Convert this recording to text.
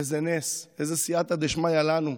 איזה נס, איזו סייעתא דשמיא לנו,